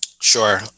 Sure